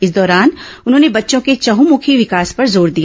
इस दौरान उन्होंने बच्चों के चहुंमुखी विकास पर जोर दिया